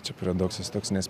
čia paradoksas toks nes